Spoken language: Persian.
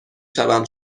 شوم